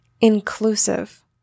inclusive